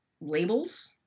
labels